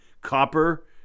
copper